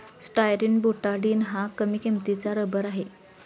styrene butadiene हा कमी किंमतीचा रबर आहे